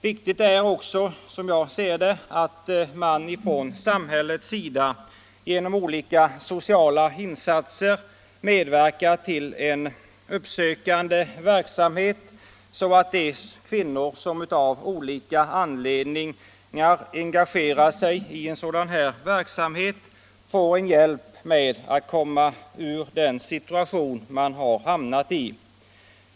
Viktigt är däremot, som jag ser det, att man från samhällets sida genom olika sociala insatser medverkar till ett uppsökande arbete, så att de kvinnor som av skilda anledningar engagerar sig i en sådan här verksamhet får en hjälp med att komma ur den situation de har hamnat i.